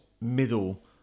middle